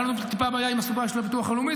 הייתה לנו טיפה בעיה עם הסיפור הזה של הביטוח הלאומי,